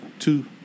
Two